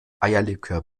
eierlikör